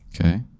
Okay